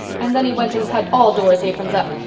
and then he went and cut all dora's aprons up.